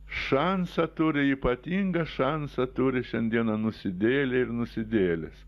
šansą turi ypatingą šansą turi šiandieną nusidėjėliai ir nusidėjėlės